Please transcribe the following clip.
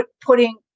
putting